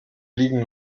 liegen